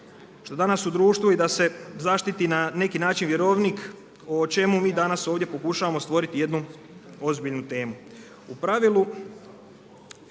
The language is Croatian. što danas u društvu i da se zaštiti na neki način vjerovnik o čemu mi danas ovdje pokušavamo stvoriti jednu ozbiljnu temu.